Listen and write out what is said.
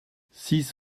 six